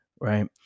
right